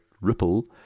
ripple